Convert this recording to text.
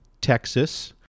Texas